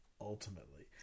ultimately